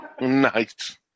Nice